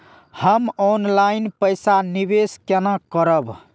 हम ऑनलाइन पैसा निवेश केना करब?